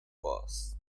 boss